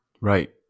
Right